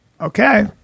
Okay